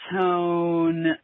tone